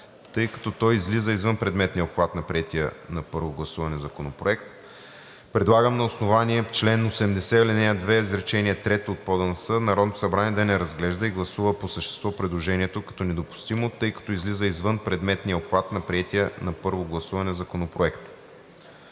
тъй като то излиза извън предметния обхват на приетия на първо гласуване законопроект. Предлага на основание чл. 80, ал. 2, изречение 3 от ПОДНС Народното събрание да не разглежда и гласува по същество предложението като недопустимо, тъй като излиза извън предметния обхват на приетия на първо гласуване законопроект.“